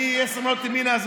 אני עשר מעלות ימינה.